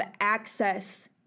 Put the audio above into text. access